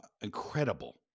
incredible